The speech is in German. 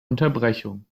unterbrechung